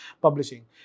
Publishing